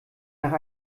nach